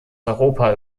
europa